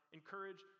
encourage